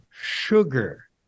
sugar